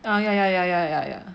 oh ya ya ya ya ya ya